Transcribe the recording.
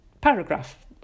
paragraph